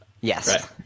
Yes